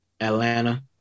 Atlanta